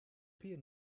peer